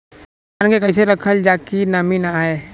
धान के कइसे रखल जाकि नमी न आए?